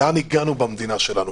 לאן הגענו במדינה שלנו?